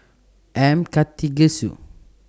M Karthigesu